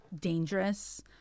dangerous